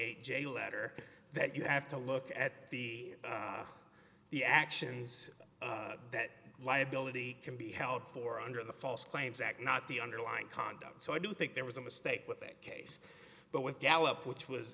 eight j letter that you have to look at the actions that liability can be held for under the false claims act not the underlying conduct so i do think there was a mistake with that case but with gallup which was